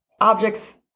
objects